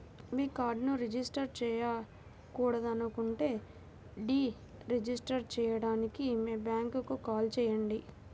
మీ కార్డ్ను రిజిస్టర్ చేయకూడదనుకుంటే deregister చేయడానికి మీ బ్యాంక్కు కాల్ చేయండి